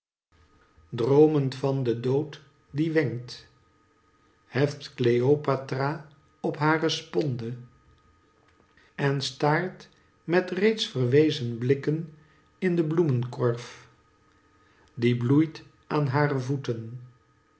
droomend van den dood die wenkt heft zich kleopatra op hare sponde en staart met reeds verwezen blikken in den bloemenkorf die bloeit aan hare voeten